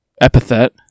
epithet